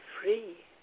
free